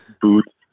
boots